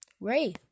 Ray